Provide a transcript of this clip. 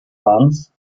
funds